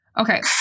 Okay